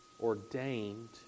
ordained